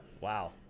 wow